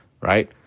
Right